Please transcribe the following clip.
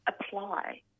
apply